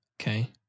Okay